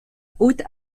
haute